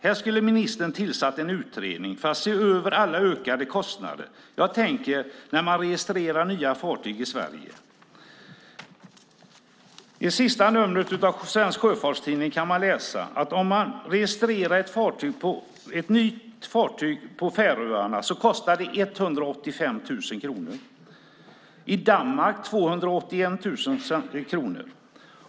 Här skulle ministern ha tillsatt en utredning för att se över alla ökade kostnader när man registrerar nya fartyg i Sverige. I det senaste numret av Svensk Sjöfartstidning kan man läsa att om man registrerar ett nytt fartyg på Färöarna kostar det 185 000 kronor. I Danmark kostar det 281 000 svenska kronor.